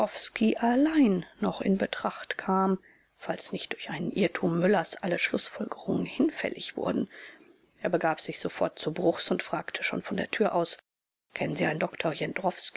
allein noch in betracht kam falls nicht durch einen irrtum müllers alle schlußfolgerungen hinfällig wurden er begab sich sofort zu bruchs und fragte schon von der tür aus kennen sie einen